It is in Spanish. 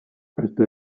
hasta